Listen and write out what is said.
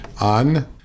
on